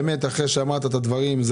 אחרי שאמרת את הדברים,